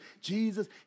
Jesus